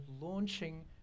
launching